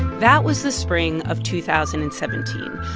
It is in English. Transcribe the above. that was the spring of two thousand and seventeen.